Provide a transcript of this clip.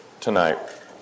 tonight